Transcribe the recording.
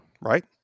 right